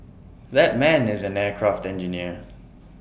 that man is an aircraft engineer